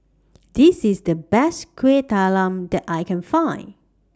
This IS The Best Kuih Talam that I Can Find